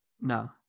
No